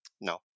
No